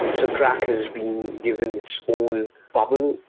and so track has been given its own bubble.